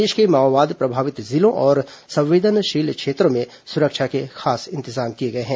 प्रदेश के माओवाद प्रभावित जिलों और संवेदनशील क्षेत्रों में सुरक्षा के खास इंतजाम किए गए हैं